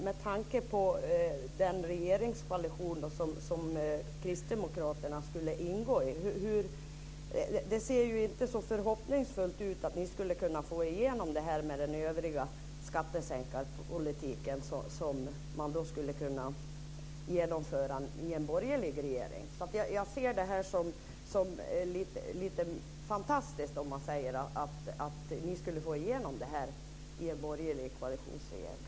Med tanke på den regeringskoalition som Kristdemokraterna skulle ingå i så ser det ju inte så förhoppningsfullt ut när det gäller att ni skulle kunna få igenom detta med tanke på den skattesänkningspolitik som man vill genomföra i en borgerlig regering. Det skulle vara lite fantastiskt om ni skulle få igenom detta i en borgerlig koalitionsregering.